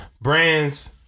brands